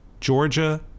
georgia